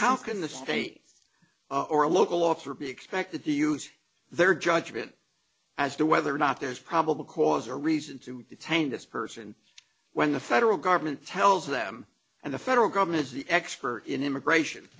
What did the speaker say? how can the state or local office or be expected to use their judgment as to whether or not there's probable cause or reason to detain this person when the federal government tells them and the federal government is the expert in immigration